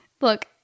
look